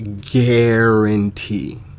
guarantee